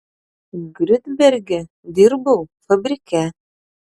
griunberge dirbau fabrike